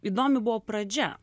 įdomi buvo pradžia